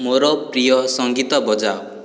ମୋର ପ୍ରିୟ ସଙ୍ଗୀତ ବଜାଅ